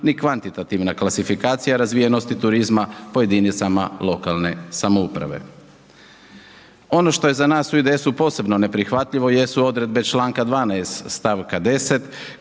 ni kvantitativna klasifikacija razvijenosti turizma po jedinicama lokalne samouprave. Ono što je za nas u IDS-u posebno neprihvatljivo jesu odredbe članka 12. stavka 10.